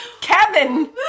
Kevin